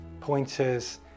pointers